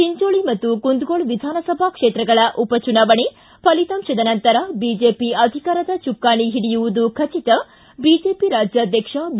ಚಂಚೋಳಿ ಮತ್ತು ಕುಂದಗೋಳ ವಿಧಾನಸಭಾ ಕ್ಷೇತ್ರಗಳ ಉಪಚುನಾವಣೆ ಫಲಿತಾಂಶದ ನಂತರ ಬಿಜೆಪಿ ಅಧಿಕಾರದ ಚುಕ್ಷಾಣಿ ಹಿಡಿಯುವುದು ಖಚಿತ ಬಿಜೆಪಿ ರಾಜ್ಯಾಧ್ಯಕ್ಷ ಬಿ